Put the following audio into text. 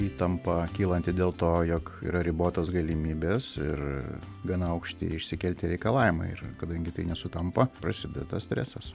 įtampa kylanti dėl to jog yra ribotos galimybės ir gana aukšti išsikelti reikalavimai ir kadangi tai nesutampa prasideda tas stresas